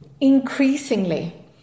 increasingly